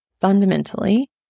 fundamentally